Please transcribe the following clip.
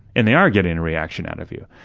and they are getting a reaction out of you,